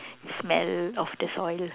smell of the soil